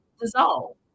dissolve